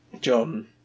John